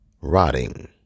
Rotting